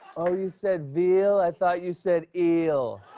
oh, you said veal? i thought you said eel.